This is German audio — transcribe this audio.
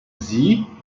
sie